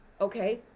okay